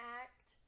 act